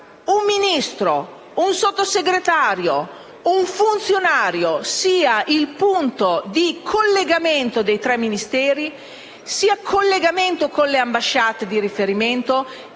un Ministro, un Sottosegretario, un funzionario sia il punto di collegamento tra i tre Ministeri e le ambasciate di riferimento